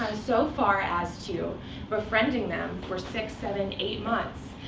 so far as to befriending them for six, seven, eight months,